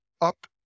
up